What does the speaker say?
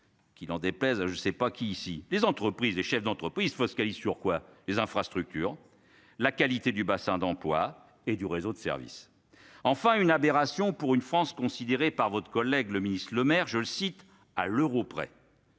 Qui, n'en déplaise à je sais pas qui, ici, les entreprises, des chefs d'entreprise focalise sur quoi les infrastructures, la qualité du bassin d'emploi et du réseau de service, enfin, une aberration pour une France considérée par votre collègue, le ministre Lemaire, je le cite, à l'euro près.